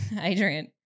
Adrian